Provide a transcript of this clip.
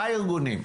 ארבעה ארגונים,